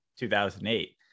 2008